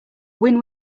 win